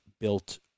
built